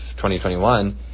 2021